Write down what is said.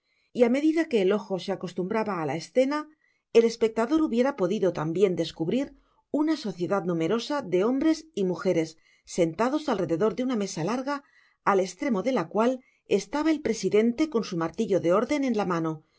á medida que el ojo se acostumbraba á la escena el espectador hubiera podido tambien descubrir una sociedad numerosa de hombres y mujeres sentados al rededor de una mesa larga al estremo de la cual es'aba el presidente con su martillo de orden en la mano